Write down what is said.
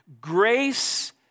Grace